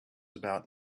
about